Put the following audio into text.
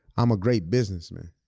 i'm a great businessman.